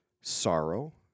sorrow